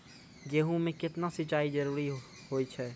गेहूँ म केतना सिंचाई जरूरी होय छै?